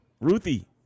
Ruthie